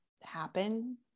happen